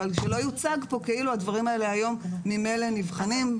אבל שלא יוצג פה כאילו הדברים האלה היום ממילא נבחנים,